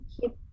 keep